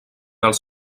els